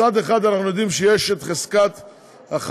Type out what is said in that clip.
מצד אחד אנחנו יודעים שיש את חזקת החפות,